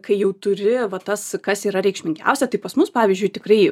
kai jau turi va tas kas yra reikšmingiausia tai pas mus pavyzdžiui tikrai